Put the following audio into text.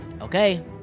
Okay